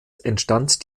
entstand